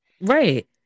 Right